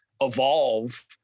evolve